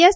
S